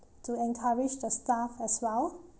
to encourage the staff as well